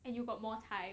and you got more time